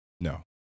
no